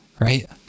right